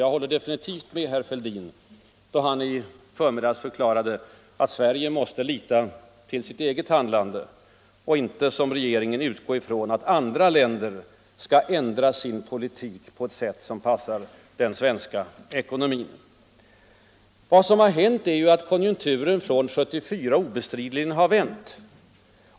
Jag håller definitivt med herr Fälldin då han i förmiddags förklarade att Sverige måste lita till sitt eget handlande och inte, som regeringen, utgå från att andra länder skall ändra sin politik på ett sätt som passar den svenska ekonomin. Vad som har hänt är ju att konjunkturen från 1974 obestridligen har vänt.